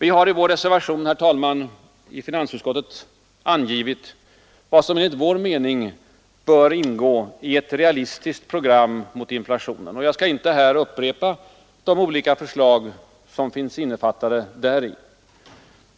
Vi har i vår reservation i finansutskottet angivit vad som enligt vår mening bör ingå i ett realistiskt program mot inflationen. Jag skall inte här upprepa de olika förslag som finns innefattade däri.